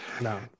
no